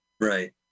Right